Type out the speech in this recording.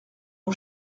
mon